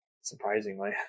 Surprisingly